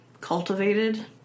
cultivated